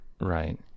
right